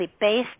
based